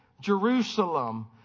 Jerusalem